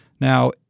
Now